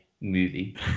movie